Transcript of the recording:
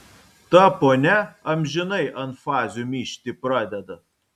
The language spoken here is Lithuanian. ta ponia amžinai ant fazių myžti pradeda